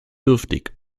dürftig